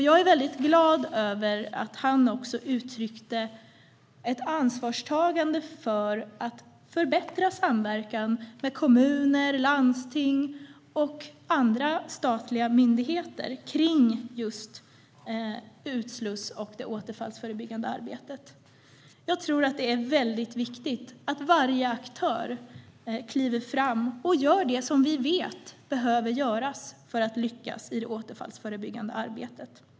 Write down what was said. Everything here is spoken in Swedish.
Jag är glad över att han uttryckte ett ansvarstagande för att förbättra samverkan med kommuner, landsting och statliga myndigheter när det gäller just utslussningen och det återfallsförebyggande arbetet. Jag tror att det är viktigt att varje aktör kliver fram och gör det som vi vet behöver göras för att lyckas i det återfallsförebyggande arbetet.